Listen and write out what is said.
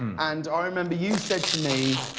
and i remember you said to me,